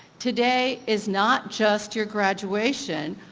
today is not just your graduation,